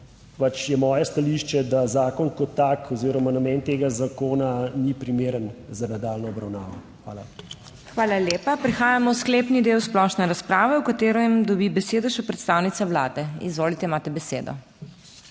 je moje stališče, da zakon kot tak oziroma namen tega zakona ni primeren za nadaljnjo obravnavo. Hvala. **PODPREDSEDNICA MAG. MEIRA HOT:** Hvala lepa. Prehajamo v sklepni del splošne razprave v katerem dobi besedo še predstavnica Vlade. Izvolite, imate besedo.